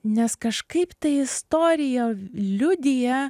nes kažkaip ta istorija liudija